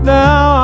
now